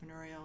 entrepreneurial